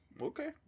Okay